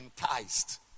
enticed